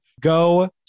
Go